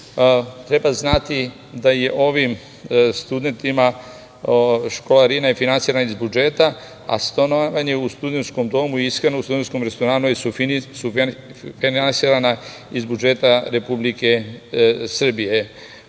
Treba znati da je ovim studentima školarina finansira iz budžeta, a stanovanje u studentskom domu i ishrana u studentskom restoranu je sufinansirana iz budžeta Republike Srbije.Za